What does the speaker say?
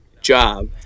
job